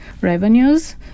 revenues